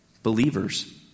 Believers